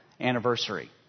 anniversary